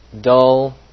dull